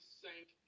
sank